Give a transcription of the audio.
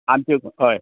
आमचें हय